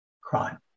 crime